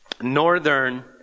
northern